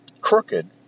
crooked